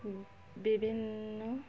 ବିଭିନ୍ନ